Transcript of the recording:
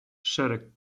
szereg